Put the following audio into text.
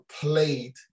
played